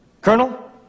Colonel